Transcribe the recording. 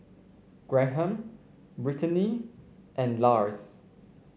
Graham Brittaney and Lars